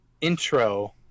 intro